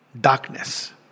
darkness